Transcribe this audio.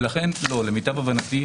לכן למיטב הבנתי,